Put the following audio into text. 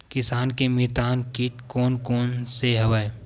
किसान के मितान कीट कोन कोन से हवय?